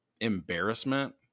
embarrassment